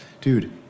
dude